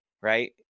right